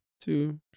two